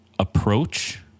Approach